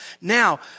Now